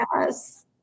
Yes